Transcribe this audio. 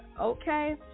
okay